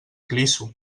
clisso